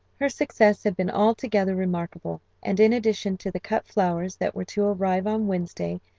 her success had been altogether remarkable, and in addition to the cut flowers that were to arrive on wednesday,